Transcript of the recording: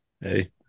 hey